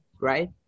right